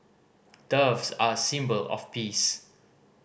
doves are a symbol of peace